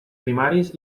primaris